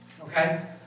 Okay